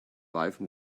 life